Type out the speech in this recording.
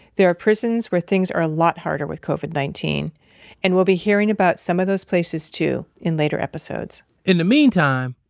there are prisons where things are a lot harder with covid nineteen and we'll be hearing about some of those places too in later episodes in the meantime,